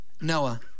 Noah